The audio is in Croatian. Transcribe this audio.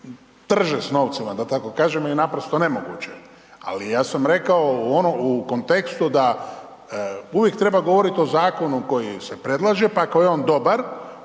trže s novcima, da tako kažem je naprosto nemoguće. Ali, ja sam rekao u kontekstu da uvijek treba govoriti o zakonu koji se predlaže, pa ako je on dobar